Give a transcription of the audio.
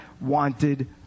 wanted